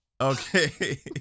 Okay